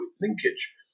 linkage